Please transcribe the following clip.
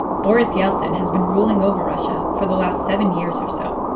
boris yeltsin has been ruling over russia for the last seven years or so.